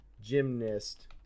gymnast